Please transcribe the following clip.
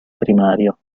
primario